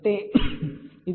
కాబట్టి ఇది 11